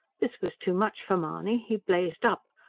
this was too much for mahony. he blazed up.